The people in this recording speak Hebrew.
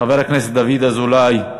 חבר הכנסת דוד אזולאי,